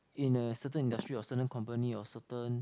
in a certain industry or certain company or a certain